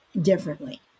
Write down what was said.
differently